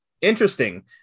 interesting